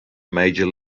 major